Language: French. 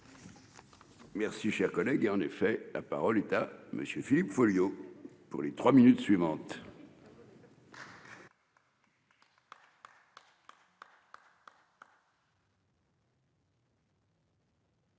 Merci, cher collègue est, en effet, la parole est à monsieur Philippe Folliot, pour les trois minutes suivantes.